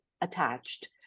attached